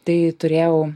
tai turėjau